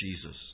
Jesus